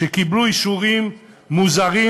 שקיבלו אישורים מוזרים,